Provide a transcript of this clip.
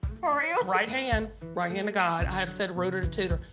for real? right hand. right hand to god i have said rooter to tooter.